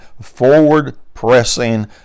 forward-pressing